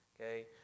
okay